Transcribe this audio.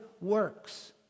works